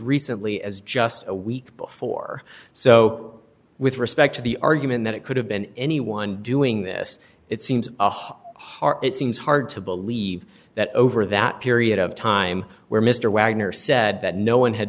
recently as just a week before so with respect to the argument that it could have been anyone doing this it seems hard it seems hard to believe that over that period of time where mr wagner said that no one had